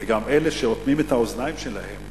וגם כדי שאלה שאוטמים את האוזניים שלהם,